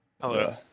Hello